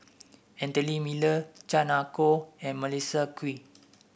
Anthony Miller Chan Ah Kow and Melissa Kwee